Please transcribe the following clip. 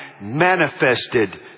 manifested